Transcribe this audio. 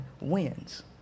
wins